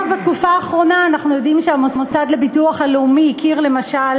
בתקופה האחרונה אנחנו יודעים שהמוסד לביטוח לאומי הכיר למשל